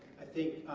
i think